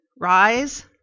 rise